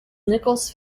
nichols